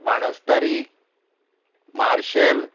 Banastari martial